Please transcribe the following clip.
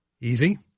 Easy